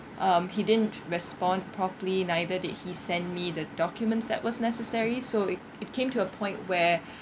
um he didn't respond properly neither did he send me the documents that was necessary so it it came to a point where